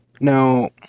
Now